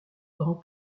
grand